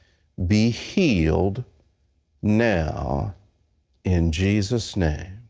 be healed now in jesus' name.